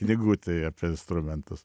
knygutėj apie instrumentus